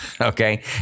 okay